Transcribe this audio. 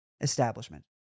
establishment